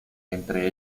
entre